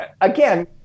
again